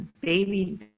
baby